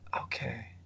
Okay